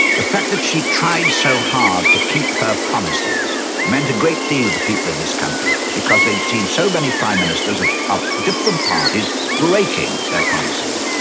the fact that she tried so hard to keep her promises meant a great deal to people in this country because they'd seen so many prime ministers of of different parties breaking their promises,